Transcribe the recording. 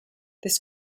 this